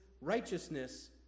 righteousness